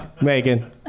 Megan